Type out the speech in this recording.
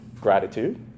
gratitude